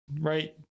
right